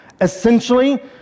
Essentially